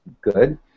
good